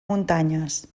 muntanyes